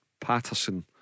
Patterson